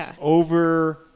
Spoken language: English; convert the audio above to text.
Over